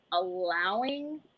allowing